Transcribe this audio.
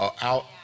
out